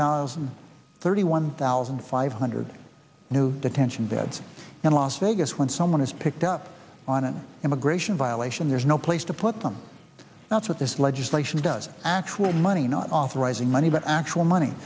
thousand thirty one thousand five hundred new detention beds in las vegas when someone is picked up on an immigration violation there's no place to put them that's what this legislation does actually money not authorizing money but actual money